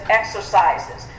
exercises